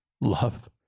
love